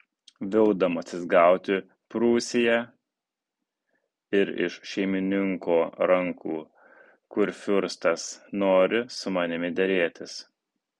vildamasis gauti prūsiją ir iš šeimininko rankų kurfiurstas nori su manimi derėtis